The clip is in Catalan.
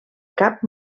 cap